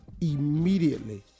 immediately